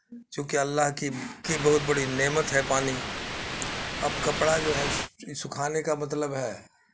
چونکہ اللہ کی کی بہت بڑی نعمت ہے پانی اب کپڑا جو ہے ای سکھانے کا مطلب ہے